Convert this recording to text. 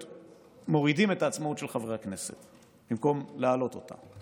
עוד מורידים את העצמאות של חברי הכנסת במקום להעלות אותה.